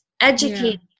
educate